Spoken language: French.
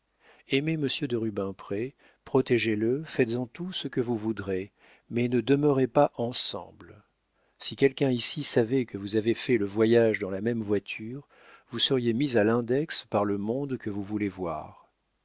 monsieur de rubempré protégez le faites-en tout ce que vous voudrez mais ne demeurez pas ensemble si quelqu'un ici savait que vous avez fait le voyage dans la même voiture vous seriez mise à l'index par le monde que vous voulez voir